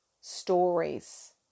stories